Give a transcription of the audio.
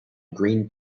green